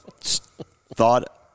thought –